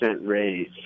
raise